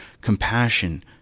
compassion